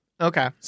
Okay